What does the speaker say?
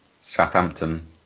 Southampton